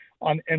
on